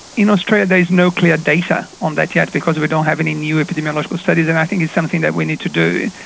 in australia there's no clear data on that yet, because we don't have any new epidemiological studies and i think it's something we need to do.